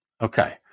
Okay